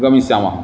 गमिष्यामः